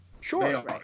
Sure